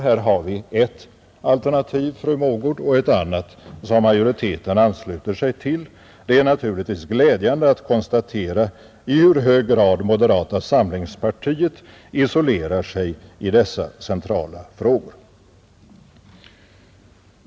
Här har vi ett alternativ, fru Mogårds, och ett annat som majoriteten ansluter sig till. Det är naturligtvis glädjande att konstatera i hur hög grad moderata samlingspartiet isolerar sig i dessa centrala frågor.